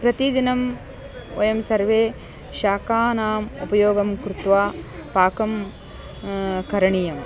प्रतिदिनं वयं सर्वे शाकानाम् उपयोगं कृत्वा पाकः करणीयः